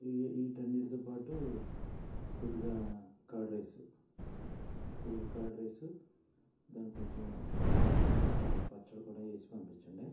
we వీటన్నిటితో పాటు కొద్దిగా కర్డ్ రైస్ కర్డ్ రైస్ దాని కొంచెం పచ్చడి కూడా వేసి పంపించండి